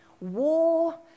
war